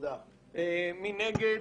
מי נגד?